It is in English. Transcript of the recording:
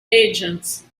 agents